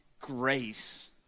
grace